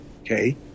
Okay